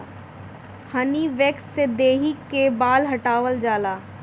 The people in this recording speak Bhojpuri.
हनी वैक्स से देहि कअ बाल हटावल जाला